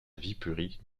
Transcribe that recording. viipuri